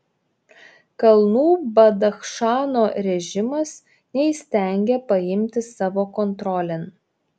kalnų badachšano režimas neįstengia paimti savo kontrolėn